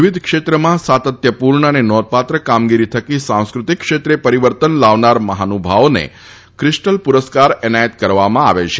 વિવિધ ક્ષેત્રમાં સાતત્યપૂર્ણ અને નોંધપાત્ર કામગીરી થકી સાંસ્કૃતિક ક્ષેત્રે પરિવર્તન લાવનાર મહાનુભાવને ક્રિસ્ટલ પુરસ્કાર એનાયત કરવામાં આવે છે